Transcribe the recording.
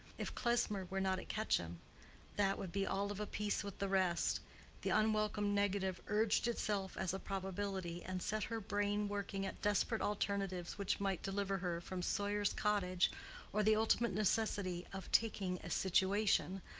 if klesmer were not at quetcham that would be all of a piece with the rest the unwelcome negative urged itself as a probability, and set her brain working at desperate alternatives which might deliver her from sawyer's cottage or the ultimate necessity of taking a situation,